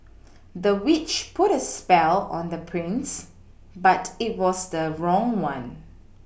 the witch put a spell on the prince but it was the wrong one